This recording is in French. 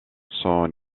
son